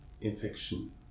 infection